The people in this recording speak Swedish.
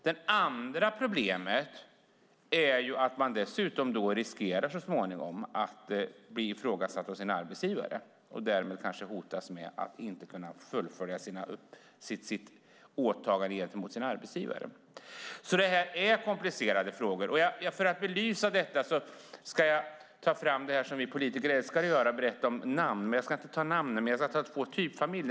Det andra problemet är att man dessutom så småningom riskerar att bli ifrågasatt av sin arbetsgivare och därmed hotas av att inte kunna fullfölja sitt åtagande gentemot denne. Detta är komplicerade frågor. För att belysa det hela ska jag ta fram det som vi politiker älskar att göra och berätta om namn. Men jag ska inte ta namnen den här gången, utan jag ska ta upp två typfamiljer.